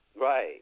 Right